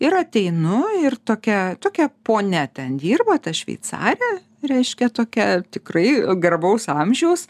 ir ateinu ir tokia tokia ponia ten dirbo ta šveicarė reiškia tokia tikrai garbaus amžiaus